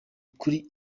kuri